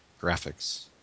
graphics